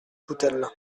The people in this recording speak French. coutel